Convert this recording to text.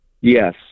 Yes